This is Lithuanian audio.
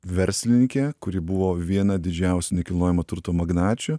verslininkę kuri buvo viena didžiausių nekilnojamo turto magnačių